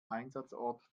einsatzort